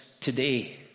today